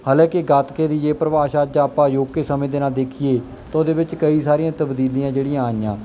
ਹਾਲਾਂਕਿ ਗੱਤਕੇ ਦੀ ਜੇ ਪਰਿਭਾਸ਼ਾ ਅੱਜ ਆਪਾਂ ਅਜੋਕੇ ਸਮੇਂ ਦੇ ਨਾਲ ਦੇਖੀਏ ਤਾਂ ਉਹਦੇ ਵਿੱਚ ਕਈ ਸਾਰੀਆਂ ਤਬਦੀਲੀਆਂ ਜਿਹੜੀਆਂ ਆਈਆਂ